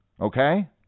okay